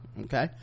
okay